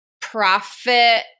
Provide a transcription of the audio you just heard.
profit